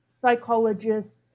psychologists